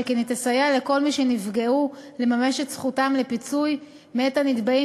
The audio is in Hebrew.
שכן היא תסייע לכל מי שנפגעו לממש את זכותם לפיצוי מאת הנתבעים